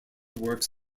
works